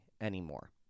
anymore